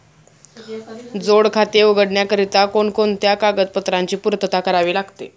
जोड खाते उघडण्याकरिता कोणकोणत्या कागदपत्रांची पूर्तता करावी लागते?